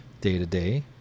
day-to-day